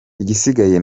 igisigaye